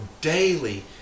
Daily